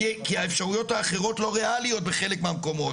כי האפשרויות האחרות לא רלוונטיות בחלק מהמקומות